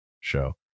show